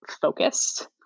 focused